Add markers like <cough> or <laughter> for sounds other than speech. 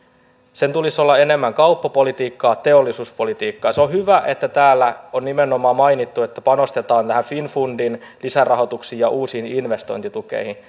sen tulisi olla enemmän kauppapolitiikkaa teollisuuspolitiikkaa se on on hyvä että täällä on nimenomaan mainittu että panostetaan näihin finnfundin lisärahoituksiin ja uusiin investointitukiin <unintelligible>